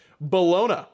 Bologna